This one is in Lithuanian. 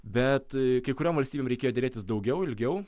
bet kai kuriom valstybėm reikėjo derėtis daugiau ilgiau